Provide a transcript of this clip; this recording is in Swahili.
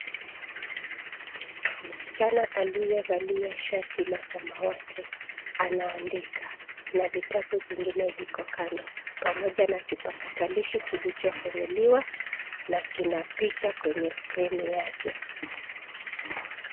Msichana aliyevalia shati la samawati, anaandika na vitabu zingine ziko kando pamoja na kipakatalishi kilicho funguliwa na kina picha kwenye skrini yake.